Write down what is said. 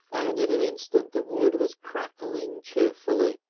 and in an instant the wood was crackling cheerfully.